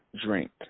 drink